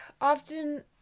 often